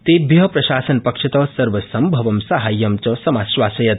तेभ्य प्रशासनपक्षत सर्वसभव साहाय्य च समाश्वासयत्